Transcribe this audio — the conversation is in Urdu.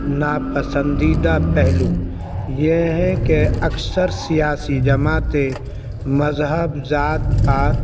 ناپسندیدہ پہلو یہ ہیں کہ اکثر سیاسی جماعتیں مذہب ذات پات